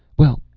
well,